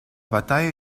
bataille